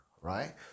right